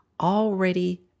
already